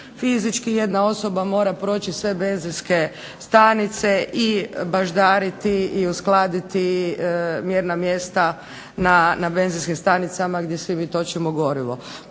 Fizički osoba mora prijeći sve benzinske stanice i baždariti i uskladiti mjerna mjesta na benzinskim stanicama gdje mi točimo gorivo.